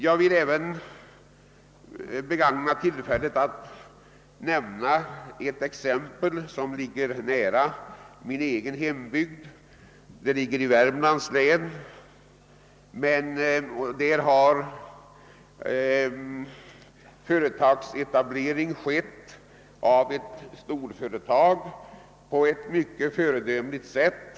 Jag vill även begagna tillfället att nämna ett exempel från Värmlands län, i en ort som ligger nära min egen hembygd. Där har företagsetablering skett av ett storföretag på ett mycket föredömligt sätt.